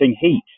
heat